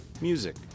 music